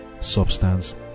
substance